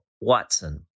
Watson